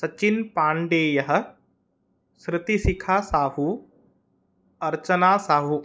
सचिनपाण्डेयः श्रुतिशिखासाहु अर्चनासाहु